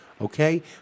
Okay